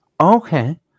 Okay